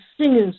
singers